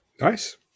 nice